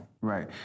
Right